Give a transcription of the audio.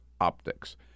optics